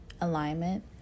alignment